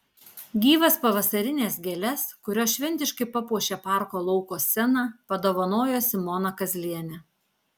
gyvas pavasarines gėles kurios šventiškai papuošė parko lauko sceną padovanojo simona kazlienė